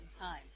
time